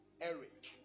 Eric